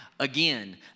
Again